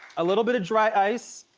a little bit of dry ice,